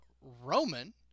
roman